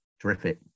Terrific